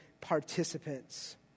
participants